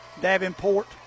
Davenport